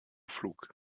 pflug